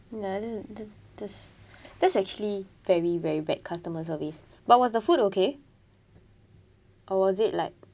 ya this this this that's actually very very bad customer service but was the food okay or was it like